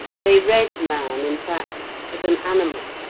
they read man, in fact, as an animal.